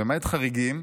למעט חריגים,